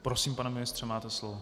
Prosím, pane ministře, máte slovo.